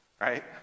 right